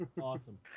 Awesome